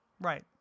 Right